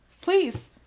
Please